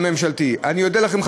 אני אודה לכם,